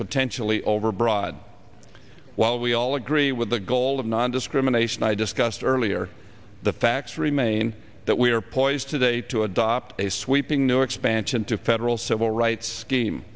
potentially overbroad while we all agree with the goal of nondiscrimination i discussed earlier the facts remain that we are poised today to adopt a sweeping new expansion to federal civil rights game